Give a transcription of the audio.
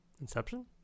Inception